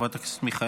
חברת הכנסת מיכאלי,